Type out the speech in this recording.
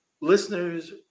listeners